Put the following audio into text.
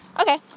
Okay